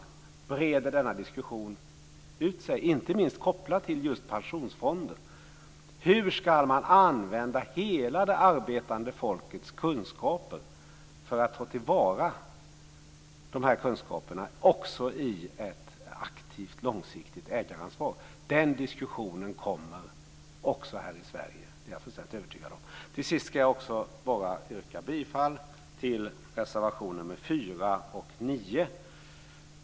Där breder den ut sig, och den är inte minst kopplad till just pensionsfonden. Hur ska man använda hela det arbetande folkets kunskaper för att ta till vara dem också i ett aktivt långsiktigt ägaransvar? Den diskussionen kommer också här i Sverige. Det är jag fullständigt övertygad om. Till sist ska jag yrka bifall till reservationerna nr 4 och 9.